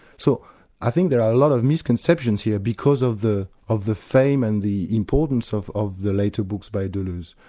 so i think there are a lot of misconceptions here because of the of the fame and the importance of of the later books by deleuze.